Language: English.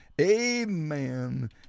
amen